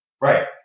Right